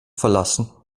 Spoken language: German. verlassen